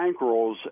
bankrolls